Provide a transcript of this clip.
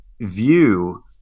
view